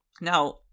Now